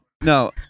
No